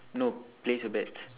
no place a bet